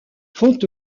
font